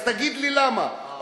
אז תגיד לי למה,